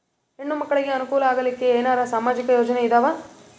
ಹೆಣ್ಣು ಮಕ್ಕಳಿಗೆ ಅನುಕೂಲ ಆಗಲಿಕ್ಕ ಏನರ ಸಾಮಾಜಿಕ ಯೋಜನೆ ಇದಾವ?